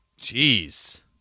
Jeez